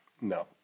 no